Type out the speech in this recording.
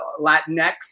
Latinx